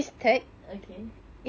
okay